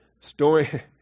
story